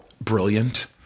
brilliant